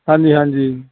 ਹਾਂਜੀ ਹਾਂਜੀ